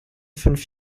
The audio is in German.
fünf